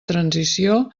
transició